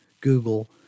Google